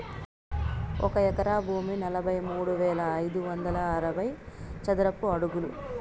ఒక ఎకరా భూమి నలభై మూడు వేల ఐదు వందల అరవై చదరపు అడుగులు